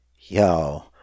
yo